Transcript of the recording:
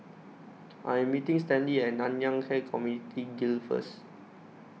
I Am meeting Stanley At Nanyang Khek Community Guild First